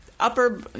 Upper